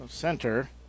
center